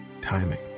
timing